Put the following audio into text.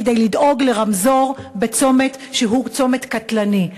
כדי לדאוג לרמזור בצומת שהוא צומת קטלני.